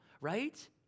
Right